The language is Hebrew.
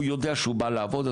הוא יודע שהוא בא לעבוד,